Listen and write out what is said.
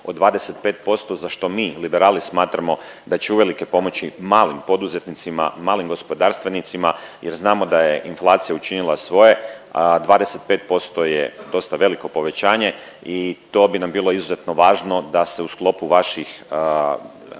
od 25% za što mi Liberali smatramo da će uvelike pomoći malim poduzetnicima, malim gospodarstvenicima jer znamo da je inflacija učinila svoje. 25% je dosta veliko povećanje i to bi nam bilo izuzetno važno da se u sklopu vaših